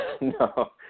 No